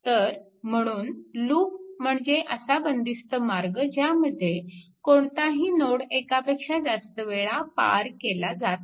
तर म्हणून लूप म्हणजे असा बंदिस्त मार्ग ज्यामध्ये कोणताही नोड एकापेक्षा जास्त वेळा पार केला जात नाही